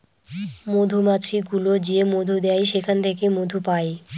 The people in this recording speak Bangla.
মধুমাছি গুলো যে মধু দেয় সেখান থেকে মধু পায়